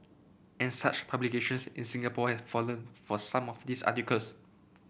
and such publications in Singapore have fallen for some of these articles